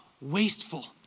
wasteful